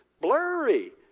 Blurry